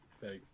Thanks